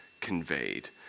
conveyed